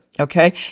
Okay